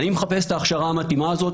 אני מחפש את ההכשרה המתאימה הזאת,